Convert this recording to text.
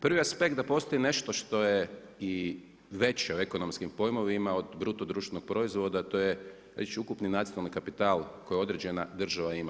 Prvi aspekt da postoji nešto što je i veće od ekonomskog pojmova od BDP-a to je ukupni nacionalni kapital koja određena država ima.